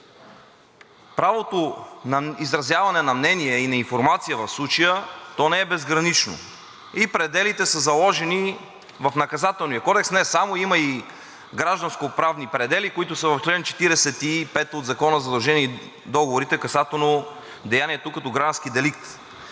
правото на изразяване на мнение и на информация в случая, то не е безгранично и пределите са заложени не само в Наказателния кодекс, има и гражданскоправни предели, които са в чл. 45 от Закона за задълженията и договорите, касателно деянието като граждански деликт.